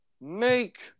make